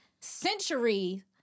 century